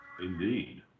Indeed